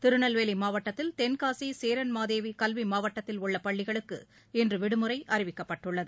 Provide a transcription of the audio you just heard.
திருநெல்வேலி மாவட்டத்தில் தென்காசி சேரன்மாதேவி கல்வி மாவட்டத்தில் உள்ள பள்ளிகளுக்கு இன்று விடுமுறை அறிவிக்கப்பட்டுள்ளது